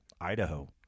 Idaho